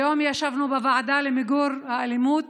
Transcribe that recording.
היום ישבנו בוועדה למיגור האלימות